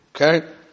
Okay